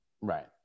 right